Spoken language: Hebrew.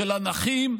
של הנכים,